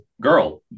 girl